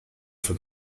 for